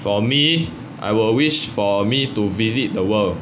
for me I would wish for me to visit the world